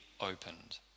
opened